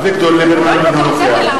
(קורא בשמות חברי הכנסת)